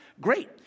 great